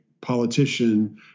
politician